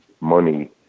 money